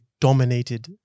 dominated